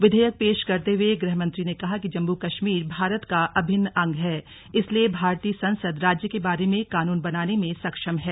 विधेयक पेश करते हुए गृहमंत्री ने कहा कि जम्मू कश्मीर भारत का अभिन्न अंग है इसलिए भारतीय संसद राज्य के बारे में कानून बनाने में सक्षम है